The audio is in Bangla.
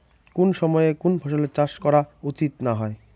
কুন সময়ে কুন ফসলের চাষ করা উচিৎ না হয়?